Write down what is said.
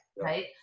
right